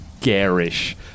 garish